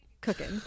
cooking